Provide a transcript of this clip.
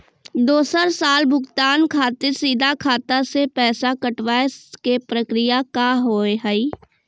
दोसर साल भुगतान खातिर सीधा खाता से पैसा कटवाए के प्रक्रिया का हाव हई?